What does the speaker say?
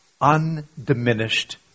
Undiminished